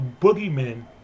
boogeymen